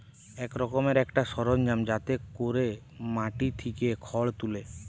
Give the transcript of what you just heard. এক রকমের একটা সরঞ্জাম যাতে কোরে মাটি থিকে খড় তুলে